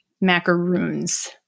macaroons